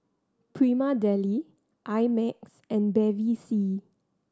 Prima Deli I Max and Bevy C